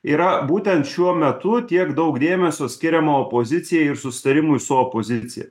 yra būtent šiuo metu tiek daug dėmesio skiriama opozicijai ir susitarimui su opozicija